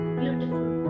beautiful